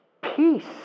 Peace